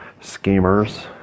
schemers